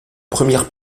première